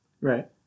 right